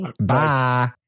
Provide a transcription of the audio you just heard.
Bye